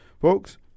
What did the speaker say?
folks